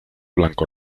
blanco